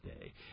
Day